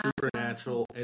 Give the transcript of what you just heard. Supernatural